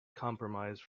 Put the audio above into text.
compromise